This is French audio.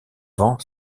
vend